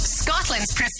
Scotland's